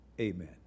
Amen